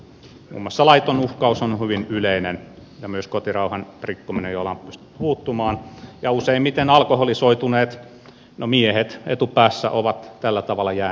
muun muassa laiton uhkaus on hyvin yleinen ja myös kotirauhan rikkominen joilla on pystytty puuttumaan ja useimmiten alkoholisoituneet no miehet etupäässä ovat tällä tavalla jääneet kiinni